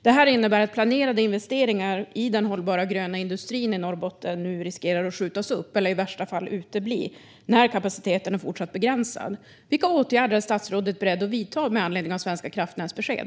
Det innebär att planerade investeringar i den hållbara gröna industrin i Norrbotten nu löper risk att skjutas upp eller i värsta fall utebli när kapaciteten fortsätter vara begränsad. Vilka åtgärder är statsrådet beredd att vidta med anledning av Svenska kraftnäts besked?